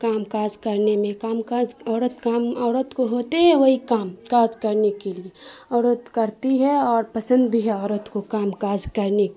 کام کاز کرنے میں کام کاز عورت کام عورت کو ہوتے ہیں وہی کام کاز کرنے کے لیے عورت کرتی ہے اور پسند بھی ہے عورت کو کام کاز کرنے